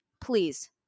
Please